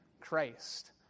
Christ